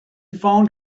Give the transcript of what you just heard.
found